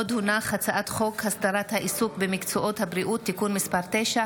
הצעת חוק הסדרת העיסוק במקצועות הבריאות (תיקון מס' 9),